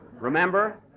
Remember